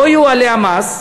לא יועלה להם המס.